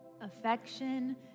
affection